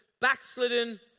backslidden